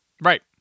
Right